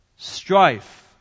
strife